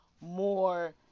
more